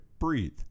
Breathe